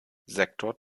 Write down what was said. sektor